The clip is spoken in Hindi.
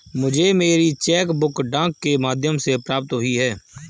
मुझे मेरी चेक बुक डाक के माध्यम से प्राप्त हुई है